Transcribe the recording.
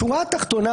בשורה התחתונה,